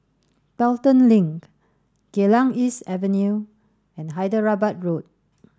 Pelton Link Geylang East Avenue and Hyderabad Road